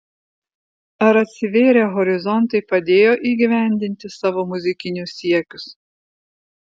ar atsivėrę horizontai padėjo įgyvendinti savo muzikinius siekius